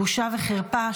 בושה וחרפה.